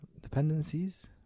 dependencies